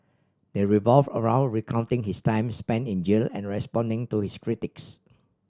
they revolve around recounting his time spent in jail and responding to his critics